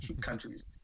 countries